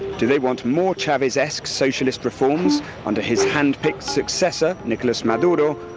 do they want more chavez-esque socialist reforms under his hand-picked successor, nicolas maduro,